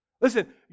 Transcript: Listen